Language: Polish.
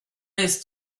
jest